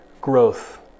growth